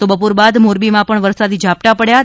તો બપોર બાદ મોરબીમાં પણ વરસાદી ઝાપટાં પડ્યા હતા